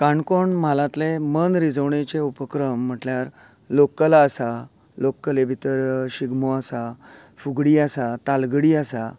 काणकोण म्हालांतले मनरिजवणेचे उपक्रम म्हटल्यार लोककला आसा लोककले भितर शिगमो आसा फुगडी आसा तालगडी आसा